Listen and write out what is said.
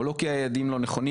או לא כי היעדים לא נכונים,